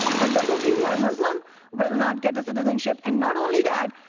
but those of you who are muslim will not get citizenship. and not only that,